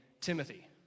Timothy